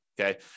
Okay